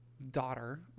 daughter